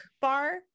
bar